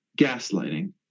gaslighting